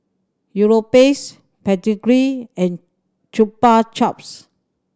Europace Pedigree and Chupa Chups